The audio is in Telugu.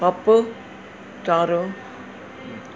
పప్పు చారు